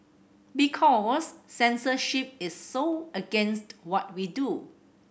because censorship is so against what we do